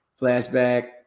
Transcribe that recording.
flashback